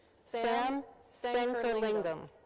sam sankaralingam.